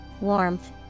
warmth